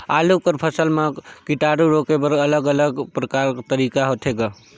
आलू कर फसल म कीटाणु रोके बर अलग अलग प्रकार तरीका होथे ग?